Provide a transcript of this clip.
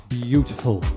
beautiful